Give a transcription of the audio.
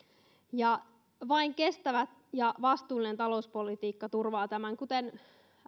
vain kestävä ja vastuullinen talouspolitiikka turvaa tämän kuten